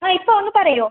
ആ ഇപ്പോൾ ഒന്ന് പറയുമോ